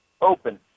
Open